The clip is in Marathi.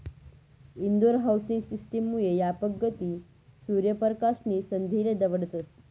इंदोर हाउसिंग सिस्टम मुये यापक गती, सूर्य परकाश नी संधीले दवडतस